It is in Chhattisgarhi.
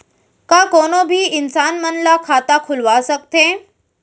का कोनो भी इंसान मन ला खाता खुलवा सकथे?